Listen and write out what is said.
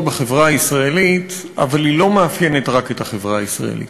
בחברה הישראלית אבל היא לא מאפיינת רק את החברה הישראלית.